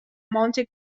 monte